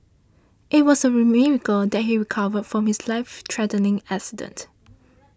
it was a miracle that he recovered from his life threatening accident